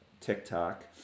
TikTok